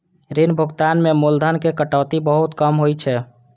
ऋण भुगतान मे मूलधन के कटौती बहुत कम होइ छै